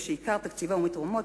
ועיקר תקציבה הוא מתרומות,